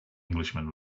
englishman